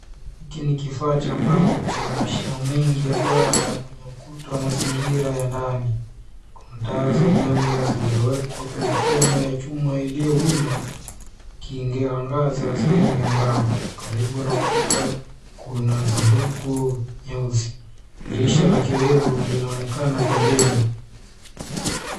Hiki ni kifaa cha mbao chenye mashimo mengi ya duara kwenye ukuta wa mazingira ya ndani. Kuna taa za umeme zilizowekwa kwenye fremu ya chuma iliyo wima kingeangaza sehemu ya mbao. Karibu na ukuta kuna sanduku nyeusi. Dirisha la kioevu linaonekana pembeni.